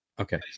Okay